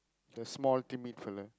the small timid fella